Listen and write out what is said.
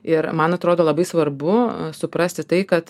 ir man atrodo labai svarbu suprasti tai kad